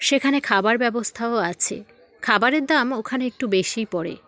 সেখানে খাবার ব্যবস্থাও আছে খাবারের দাম ওখানে একটু বেশিই পড়ে